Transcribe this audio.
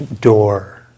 door